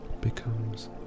becomes